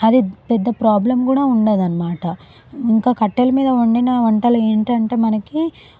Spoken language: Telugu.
అది పెద్ద ప్రాబ్లం కూడా ఉండదు అనమాట ఇంకా కట్టెల మీద వండిన వంటలు ఏంటంటే మనకి